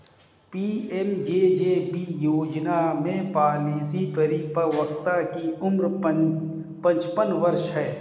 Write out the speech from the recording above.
PMJJB योजना में policy परिपक्वता की उम्र पचपन वर्ष है